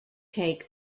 take